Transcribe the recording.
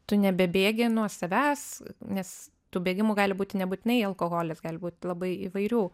tu nebebėgi nuo savęs nes tų bėgimų gali būti nebūtinai alkoholis gali būt labai įvairių